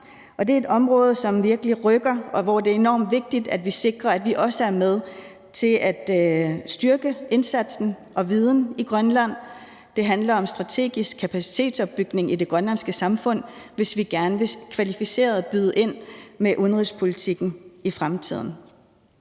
Det er et område, som virkelig rykker, og hvor det er enormt vigtigt, at vi sikrer, at vi også er med til at styrke indsatsen og styrke vores viden i Grønland. Det handler om strategisk kapacitetsopbygning i det grønlandske samfund, hvis vi gerne vil byde kvalificeret ind i forhold til udenrigspolitikken i fremtiden.